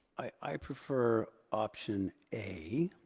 i prefer option a.